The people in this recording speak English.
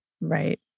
Right